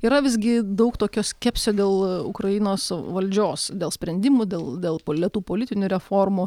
yra visgi daug tokio skepsio dėl ukrainos valdžios dėl sprendimų dėl dėl politinių reformų